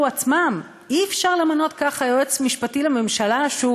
בעצמם: אי-אפשר למנות ככה יועץ משפטי לממשלה שהוא